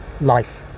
life